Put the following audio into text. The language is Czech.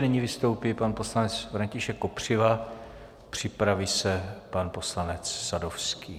Nyní vystoupí pan poslanec František Kopřiva, připraví se pan poslanec Sadovský.